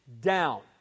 down